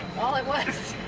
all it was.